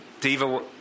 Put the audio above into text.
Diva